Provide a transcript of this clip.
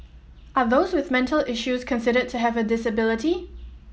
are those with mental issues considered to have a disability